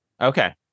Okay